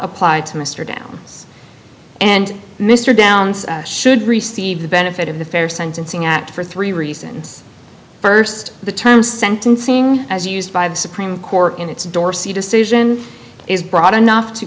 apply to mr downs and mr downs should receive the benefit of the fair sentencing act for three reasons first the term sentencing as used by the supreme court in its dorsey decision is broad enough to